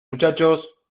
muchachos